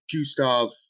Gustav